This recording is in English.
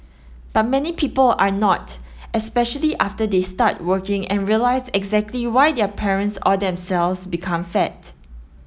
but many people are not especially after they start working and realise exactly why their parents or themselves became fat